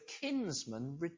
kinsman